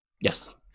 Yes